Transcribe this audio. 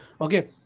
okay